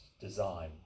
design